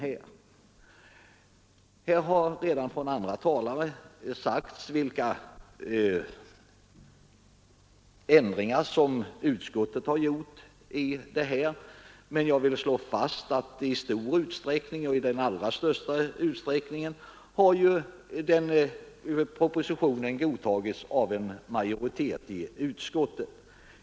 Andra talare har redan sagt vilka ändringar som utskottet har gjort, men jag vill slå fast att i allra största utsträckning propositionen godtagits av en majoritet inom utskottet.